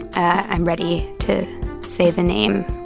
i'm ready to say the name.